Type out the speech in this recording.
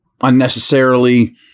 unnecessarily